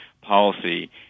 policy